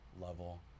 level